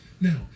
Now